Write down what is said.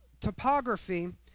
topography